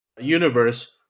universe